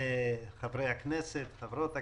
חברי וחברות הכנסת.